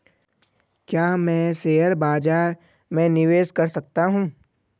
क्या मैं शेयर बाज़ार में निवेश कर सकता हूँ?